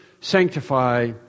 Sanctify